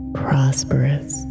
prosperous